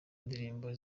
indirimbo